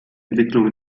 entwicklung